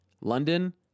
London